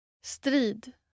Strid